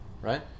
right